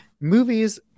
movies